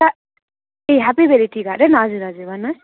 कहाँ ए हेप्पी भेलीतिर अरे हजुर हजुर भन्नुहोस्